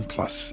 Plus